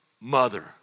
mother